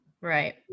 Right